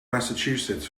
massachusetts